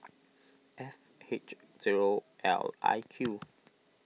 F H zero L I Q